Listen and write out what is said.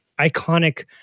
iconic